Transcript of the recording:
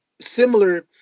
similar